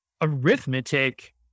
arithmetic